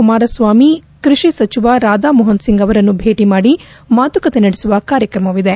ಕುಮಾರಸ್ವಾಮಿ ಕೃಷಿ ಸಚಿವ ರಾಧಮೋಹನ್ ಸಿಂಗ್ ಅವರನ್ನು ಭೇಟಿ ಮಾಡಿ ಮಾತುಕತೆ ನಡೆಸುವ ಕಾರ್ಯಕ್ರಮವಿದೆ